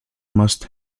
must